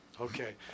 Okay